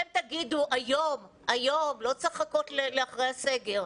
אתם תגידו היום היום, לא צריך לחכות אחרי הסגר,